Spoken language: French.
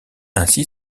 ainsi